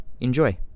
Enjoy